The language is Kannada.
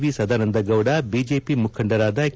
ವಿ ಸದಾನಂದಗೌಡ ಬಿಜೆಪಿ ಮುಖಂಡರಾದ ಕೆ